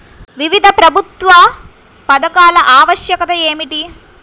వివిధ ప్రభుత్వా పథకాల ఆవశ్యకత ఏమిటి?